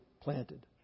planted